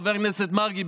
חבר הכנסת מרגי,